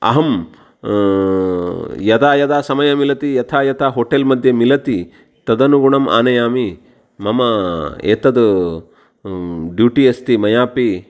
अहं यदा यदा समये मिलति यदा यदा होटेल्मध्ये मिलति तदनुगुणम् आनयामि मम एतद् ड्यूटि अस्ति मयापि